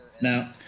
now